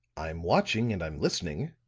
i'm watching and i'm listening,